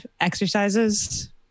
exercises